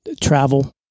travel